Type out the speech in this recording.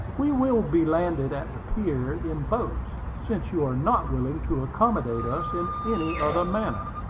we will be landed at the pier in boats, since you are not willing to accommodate us in any other manner.